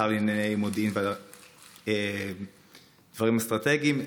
שר לענייני מודיעין ודברים אסטרטגיים.